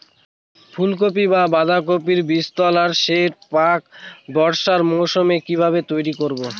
ফুলকপি বা বাঁধাকপির বীজতলার সেট প্রাক বর্ষার মৌসুমে কিভাবে তৈরি করব?